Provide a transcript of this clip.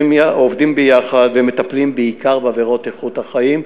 הם עובדים ביחד ומטפלים בעיקר בעבירות איכות החיים,